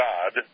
God